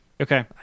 Okay